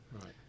Right